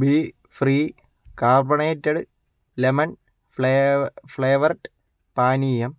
B free carbonated lemon ഫ്ളെ flavoured പാനീയം